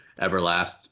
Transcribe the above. Everlast